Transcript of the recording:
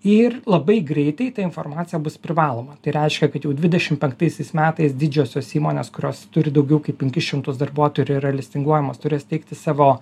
ir labai greitai ta informacija bus privaloma tai reiškia kad jau dvidešim penktaisiais metais didžiosios įmonės kurios turi daugiau kaip penkis šimtus darbuotojų ir yra listinguojamos turės teikti savo